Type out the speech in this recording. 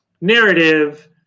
narrative